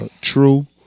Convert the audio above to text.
true